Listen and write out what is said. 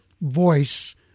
voice